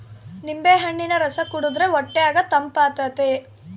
ನಿಂಬೆಹಣ್ಣಿನ ರಸ ಕುಡಿರ್ದೆ ಹೊಟ್ಯಗ ತಂಪಾತತೆ